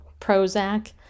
Prozac